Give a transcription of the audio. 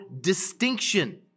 distinction